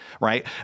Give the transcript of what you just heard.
right